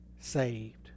saved